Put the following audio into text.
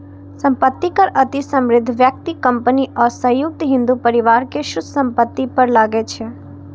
संपत्ति कर अति समृद्ध व्यक्ति, कंपनी आ संयुक्त हिंदू परिवार के शुद्ध संपत्ति पर लागै छै